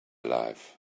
life